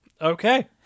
okay